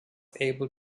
able